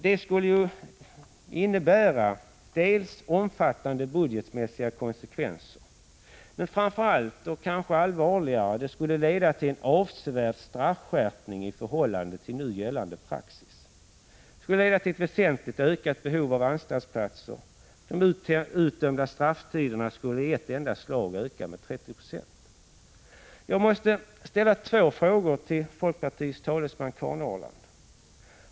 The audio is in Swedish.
Detta skulle innebära omfattande budgetmässiga konsekvenser, och det skulle framför allt — vilket kanske är allvarligare — leda till en avsevärd straffskärpning i förhållande till nu gällande praxis. Det skulle leda till ett väsentligt ökat behov av anstaltsplatser. De utdömda strafftiderna skulle i ett enda slag öka med 30 96. Jag måste ställa två frågor till folkpartiets talesman Karin Ahrland.